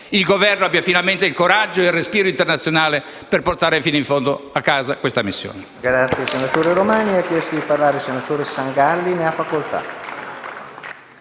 il Governo abbia finalmente il coraggio e il respiro internazionale per portare fino in fondo, a casa, questa missione.